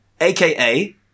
aka